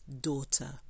daughter